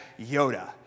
Yoda